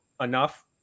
enough